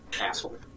Asshole